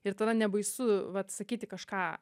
ir tada nebaisu vat sakyti kažką